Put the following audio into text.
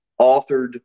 authored